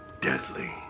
deadly